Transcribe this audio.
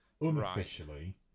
Unofficially